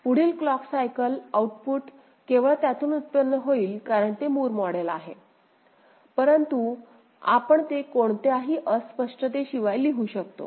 पुढील clock cycle output केवळ त्यातून व्युत्पन्न होईल कारण ते मूर मॉडेल आहे परंतु आपण ते कोणत्याही अस्पष्टतेशिवाय लिहू शकतो